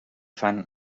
fan